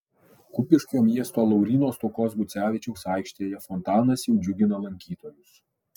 kupiškio miesto lauryno stuokos gucevičiaus aikštėje fontanas jau džiugina lankytojus